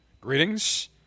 greetings